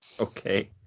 Okay